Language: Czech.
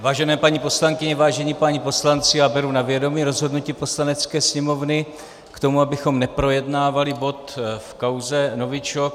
Vážené paní poslankyně, vážení páni poslanci, já beru na vědomí rozhodnutí Poslanecké sněmovny k tomu, abychom neprojednávali bod v kauze novičok.